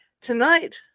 Tonight